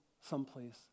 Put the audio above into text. someplace